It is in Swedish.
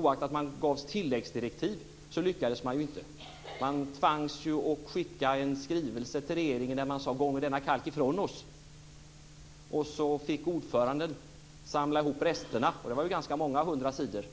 Trots att det gavs tilläggsdirektiv lyckades man ju inte. Man tvangs skicka en skrivelse till regeringen där man sade: Gånge denna kalk ifrån oss! Ordföranden fick samla ihop resterna, som bestod av ganska många hundra sidor,